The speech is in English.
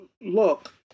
look